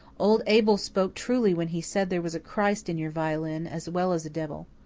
old abel spoke truly when he said there was a christ in your violin as well as a devil.